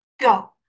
go